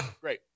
Great